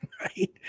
right